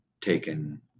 taken